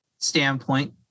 standpoint